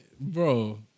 bro